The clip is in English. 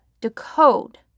Decode